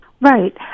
Right